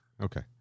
Okay